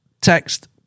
text